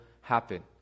happen